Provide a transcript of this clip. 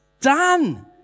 done